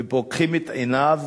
ופוקחים את עיניו